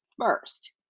first